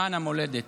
למען המולדת.